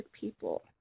people